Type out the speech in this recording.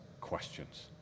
questions